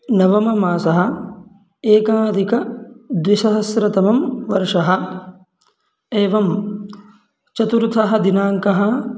नवममासः एकाधिकद्विसहस्रतमवर्षः एवं चतुर्थः दिनाङ्कः